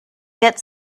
get